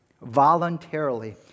Voluntarily